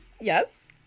yes